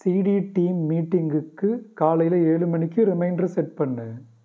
C D team மீட்டிங்குக்கு காலையில் ஏழு மணிக்கு ரிமைண்டரு செட் பண்ணு